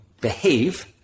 behave